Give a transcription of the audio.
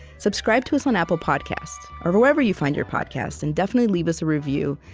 subscribe to us on apple podcasts or wherever you find your podcasts. and definitely leave us a review,